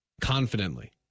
Confidently